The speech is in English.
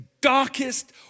darkest